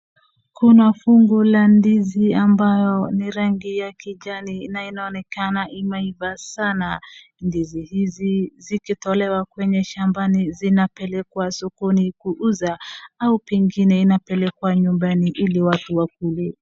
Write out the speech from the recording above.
Kuna fungu la ndizi ambayo ni rangi ya kijani na inaonekana imeiva sana. Ndizi hizi zikitolewa kwenye shambani zinapelekwa sokoni kuuza au pengine inapelekwa nyumbani ili watu wakule.